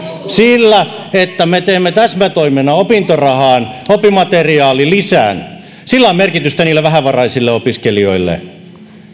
sillä että me teemme täsmätoimena opintorahaan oppimateriaalilisän on merkitystä niille vähävaraisille opiskelijoille